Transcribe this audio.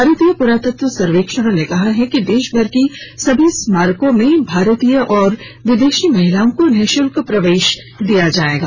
भारतीय प्रातत्व सर्वेक्षण ने कहा है कि देशभर की सभी स्मारकों में भारतीय और विदेशी महिलाओं को निशुल्क प्रवेश दिया जाएगा